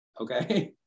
Okay